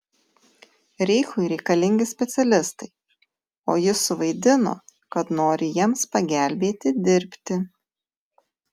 reichui reikalingi specialistai o jis suvaidino kad nori jiems pagelbėti dirbti